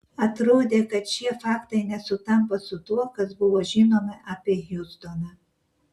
atrodė kad šie faktai nesutampa su tuo kas buvo žinoma apie hiustoną